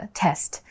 test 。